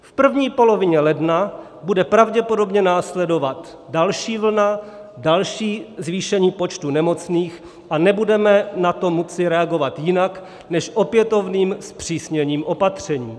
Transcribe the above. V první polovině ledna bude pravděpodobně následovat další vlna, další zvýšení počtu nemocných, a nebudeme na to moci reagovat jinak než opětovným zpřísněním opatření.